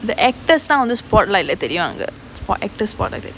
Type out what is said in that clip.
the actor stand in the spotlight lah தெரிவாங்க:therivaanga it's for actor's spotlight